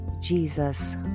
Jesus